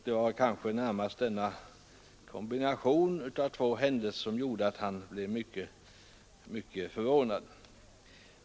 Det var väl närmast denna kombination av två händelser som gjorde att han blev mycket förvånad.